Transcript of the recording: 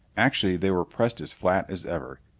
actually they were pressed as flat as ever,